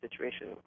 situation